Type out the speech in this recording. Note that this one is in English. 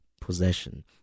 possession